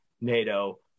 NATO